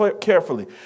carefully